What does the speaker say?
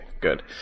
good